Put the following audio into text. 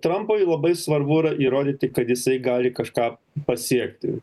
trampui labai svarbu yra įrodyti kad jisai gali kažką pasiekti